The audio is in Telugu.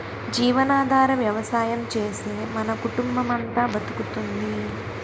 జీవనాధార వ్యవసాయం చేసే మన కుటుంబమంతా బతుకుతోంది